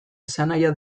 esanahia